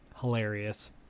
Hilarious